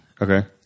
Okay